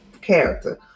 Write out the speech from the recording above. character